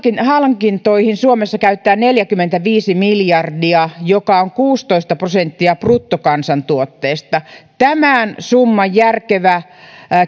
hankintoihin suomessa käytetään neljäkymmentäviisi miljardia joka on kuusitoista prosenttia bruttokansantuotteesta tämän summan järkevä